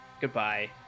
Goodbye